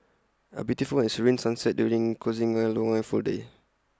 A beautiful and serene sunset during closing A long and full day